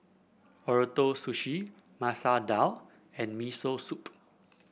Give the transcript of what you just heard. Ootoro Sushi Masoor Dal and Miso Soup